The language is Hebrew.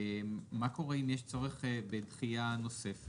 מה קורה אם יש צורך בדחייה נוספת?